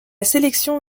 sélection